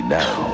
now